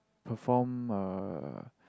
perform uh